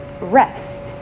rest